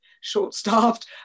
short-staffed